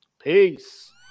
Peace